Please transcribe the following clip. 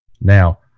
Now